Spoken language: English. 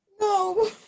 No